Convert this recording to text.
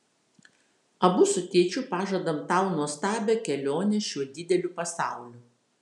abu su tėčiu pažadam tau nuostabią kelionę šiuo dideliu pasauliu